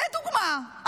לדוגמה,